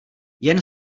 jen